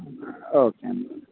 okay అండి